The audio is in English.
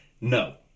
no